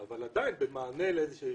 זו חובת דיווח לא לפי הצו הזה,